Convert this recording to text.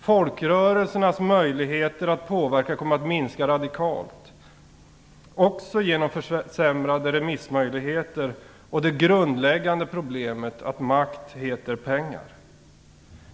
Folkrörelsernas möjligheter att påverka kommer att minska radikalt också genom försämrade remissmöjligheter och det grundläggande problemet att makt heter pengar.